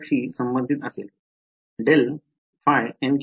शी संबंधित असेल ∇ϕ